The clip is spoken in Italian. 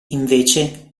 invece